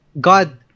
God